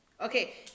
Okay